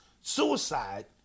suicide